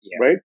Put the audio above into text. right